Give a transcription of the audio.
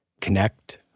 connect